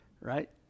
right